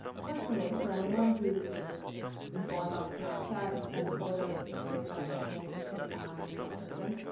personally, for anyone who is informed on snapchat, you send a photo, it disappears five seconds, it's in time, real person.